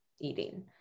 eating